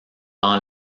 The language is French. dans